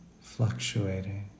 fluctuating